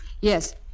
Yes